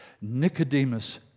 Nicodemus